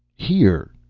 here,